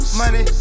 money